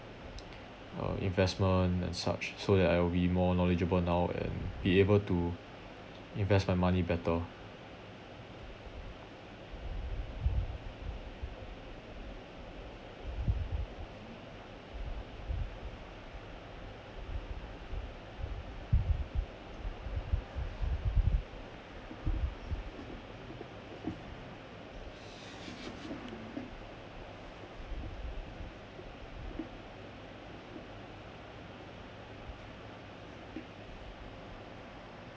uh investment and such so that I will be more knowledgeable now and be able to invest my money better